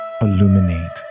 Illuminate